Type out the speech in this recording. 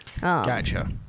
gotcha